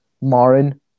marin